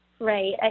Right